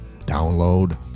Download